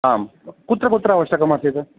आम् कुत्र कुत्र अवश्यकम् आसीत्